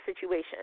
situation